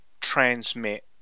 transmit